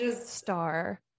star